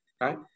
Right